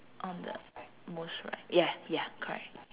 on the most right ya ya correct